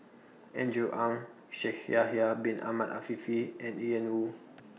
Andrew Ang Shaikh Yahya Bin Ahmed Afifi and Ian Woo